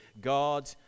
God